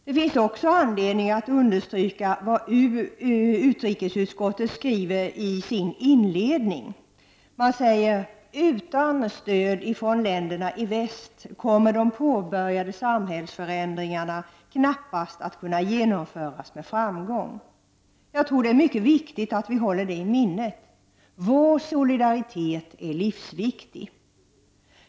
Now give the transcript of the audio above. Det finns också anledning att understryka vad utrikesutskottet skriver i sin inledning: ”Utan stöd från länderna i väst kommer de påbörjade samhällsförändringarna knappast att kunna genomföras med framgång.” Jag tror att det är mycket viktigt att vi håller detta i minnet. Vår solidaritet är livsviktig.